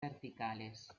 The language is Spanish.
verticales